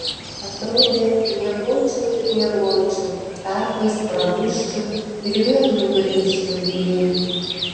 atrodė miegočiau ir miegočiau tarpais prabusčiau ir vėl nugrimzčiau gilyn